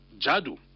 jadu